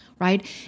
right